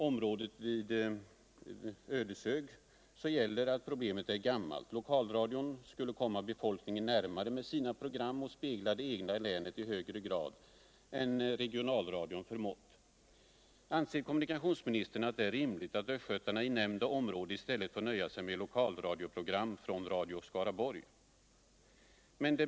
området kring Ödeshög är problemet gammalt. Lokalradion skulle komma befolkningen närmare med sina program och spegla det cgna länet i högre grad än vad regionalradion förmått göra. Anser kommunikatlionsministern att det är rimligt att östgötarna inom nämnda område i stället får nöja sig med lokalradioprogram från Radio Skaraborg?